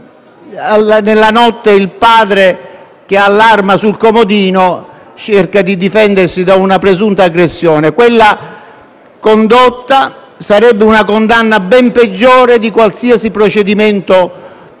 di casa, e il padre, che ha l'arma sul comodino, cerca di difendersi da una presunta aggressione. Quella condotta sarebbe una condanna ben peggiore di qualsiasi procedimento colposo